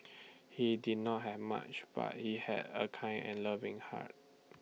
he did not have much but he had A kind and loving heart